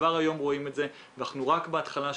כבר היום רואים את זה ואנחנו רק בהתחלה.